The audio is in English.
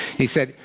he said,